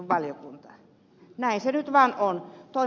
näin se nyt vaan on